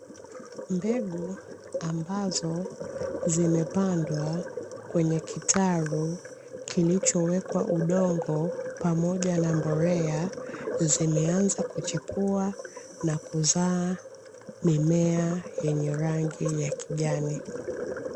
Mbegu ambazo zimepandwa kwenye kitalu kilichowekwa udongo pamoja na mbolea, zimeanza kuchipua na kuzaa mimea yenye rangi ya kijani.